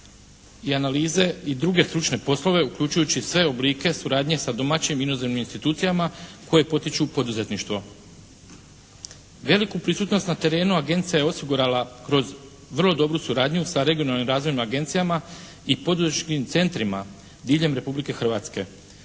i analize i druge stručne poslove uključujući sve oblike suradnje sa domaćim i inozemnim institucijama koje potiču poduzetništvo. Veliku prisutnost na terenu agencija je osigurala kroz vrlo dobru suradnju sa regionalnim razvojnim agencijama i područnim centrima diljem Republike Hrvatske.